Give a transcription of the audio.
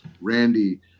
Randy